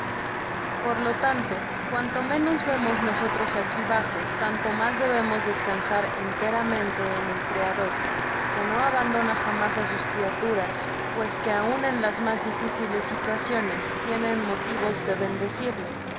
por lo tanto cuanto menos vemos nosotros aquí bajo tanto mas debemos descansar enteramente en el criador que no abandona jamás á sus criaturas pues que aun en las mas difíciles situaciones tienen motivos de bendecirle